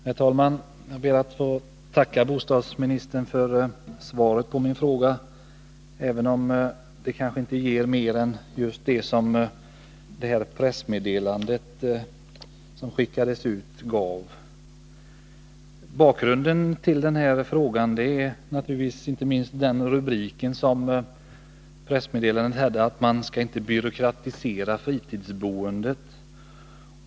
Herr talman! Jag ber att få tacka bostadsministern för svaret på min fråga, även om det kanske inte ger mer än just det som pressmeddelandet som skickades ut gav. Bakgrunden till frågan är inte minst den rubrik pressmeddelandet hade, att man inte skall byråkratisera fritidsboendet.